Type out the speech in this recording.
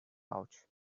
pouch